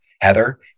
Heather